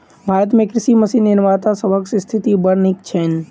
भारत मे कृषि मशीन निर्माता सभक स्थिति बड़ नीक छैन